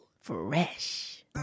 Fresh